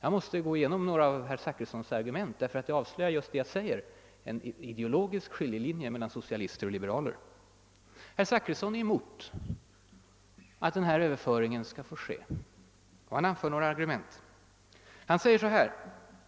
Jag måste gå igenom några av herr Zachrissons argument, eftersom de just avslöjar en ideologisk skiljelinje mellan socialister och liberaler. Herr Zachrisson är emot att överföringen skall få ske och anför några argument. Han säger att